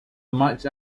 much